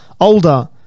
Older